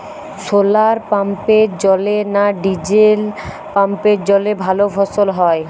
শোলার পাম্পের জলে না ডিজেল পাম্পের জলে ভালো ফসল হয়?